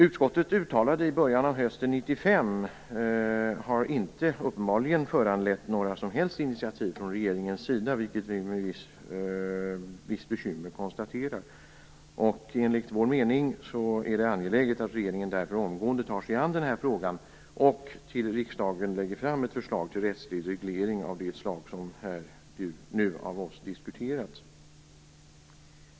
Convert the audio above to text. Utskottets uttalanden i början av hösten 1995 har uppenbarligen inte föranlett några som helst initiativ från regeringens sida, vilket vi med visst bekymmer konstaterar. Enligt vår mening är det därför angeläget att regeringen omgående tar sig an den här frågan och till riksdagen lägger fram ett förslag till rättslig reglering av det slag som nu av oss diskuterats.